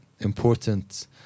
important